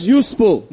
useful